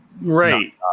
right